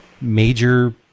major